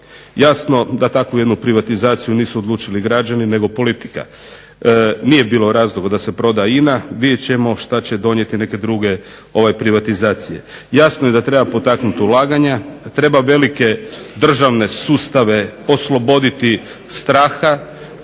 Jasno da takvu jednu privatizaciju nisu odlučili građani nego politika. Nije bilo razloga da se proda INA. Vidjet ćemo što će donijeti neke druge privatizacije. Jasno je da treba potaknut ulaganja, treba velike državne sustave osloboditi straha.